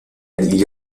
gli